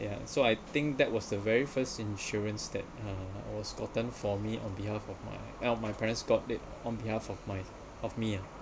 ya so I think that was the very first insurance that uh was gotten for me on behalf on my well my parents got it on behalf of my of me ah